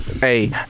Hey